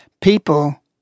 people